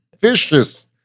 vicious